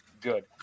good